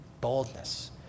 Boldness